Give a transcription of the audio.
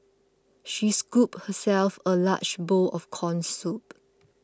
she scooped herself a large bowl of Corn Soup